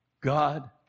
God